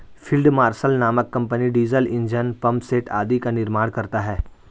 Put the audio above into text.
field marshal नामक company diesel engine, pumpset आदि का निर्माण करता है